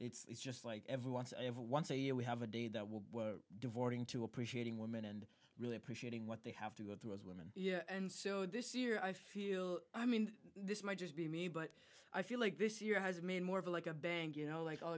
now it's just like every once ever once a year we have a day that will be devoting to appreciating women and really appreciating what they have to go through as women yeah and so this year i feel i mean this might just be me but i feel like this year has made more of like a bank you know like all